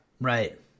Right